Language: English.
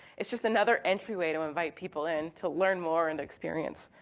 it's just another entryway to invite people in to learn more and experience.